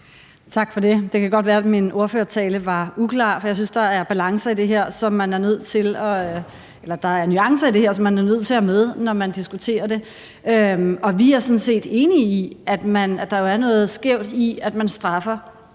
Tak for det. Det kan godt være, at min ordførertale var uklar, for jeg synes, at der er nuancer i det her, som man er nødt til at have med, når man diskuterer det. Vi er sådan set enige i, at der er noget skævt i, at man straffer